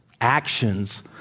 actions